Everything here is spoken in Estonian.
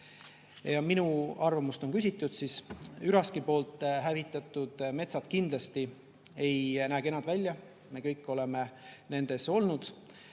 Kuna minu arvamust on küsitud, siis üraski poolt hävitatud metsad kindlasti ei näe kenad välja, me kõik oleme nendes olnud.